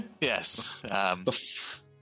Yes